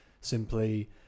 simply